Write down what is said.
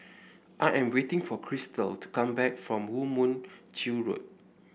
I am waiting for Cristal to come back from Woo Mon Chew Road